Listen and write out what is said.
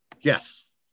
yes